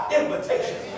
invitation